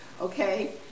okay